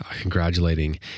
congratulating